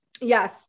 yes